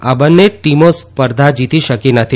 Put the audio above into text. આ બંને ટીમો સ ર્ધા જીતી શકી નથી